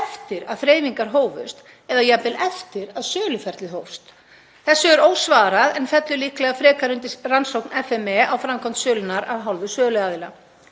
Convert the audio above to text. eftir að þreifingar hófust eða jafnvel eftir að söluferlið hófst. Þessu er ósvarað en fellur líklega frekar undir rannsókn FME á framkvæmd sölunnar af hálfu söluaðila.